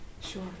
Sure